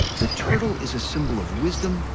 the turtle is a symbol of wisdom,